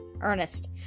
Ernest